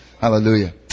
hallelujah